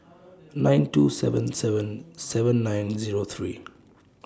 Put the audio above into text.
nine two seven seven seven nine Zero three